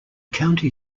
county